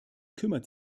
kümmert